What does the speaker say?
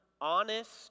honest